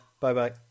Bye-bye